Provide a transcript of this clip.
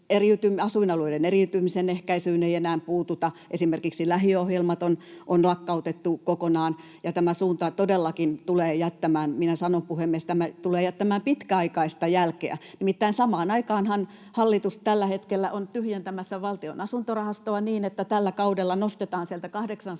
Asuinalueiden eriytymisen ehkäisyyn ei enää puututa. Esimerkiksi lähiöohjelmat on lakkautettu kokonaan. Ja tämä suunta todellakin tulee jättämään — minä sanon, puhemies, tämä tulee jättämään — pitkäaikaista jälkeä. Nimittäin samaan aikaanhan hallitus tällä hetkellä on tyhjentämässä Valtion asuntorahastoa niin, että tällä kaudella nostetaan sieltä 800